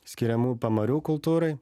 skiriamų pamarių kultūrai